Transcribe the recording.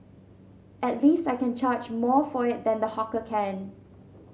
at least I can charge more for it than the hawker can